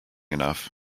enough